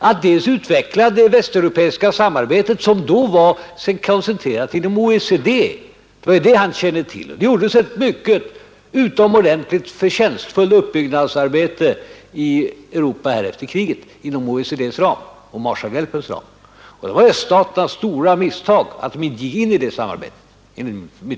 För det första utvecklades det västeuropeiska samarbetet, som då var koncentrerat till OECD. Det var detta han kände till, och det gjordes ett utomordentligt förtjänstfullt uppbyggnadsarbete i Europa efter kriget inom OECD:s och Marshallhjälpens ram. Det var enligt mitt förmenande öststaternas stora misstag att de inte gick med i det samarbetet.